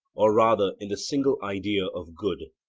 or rather in the single idea of good.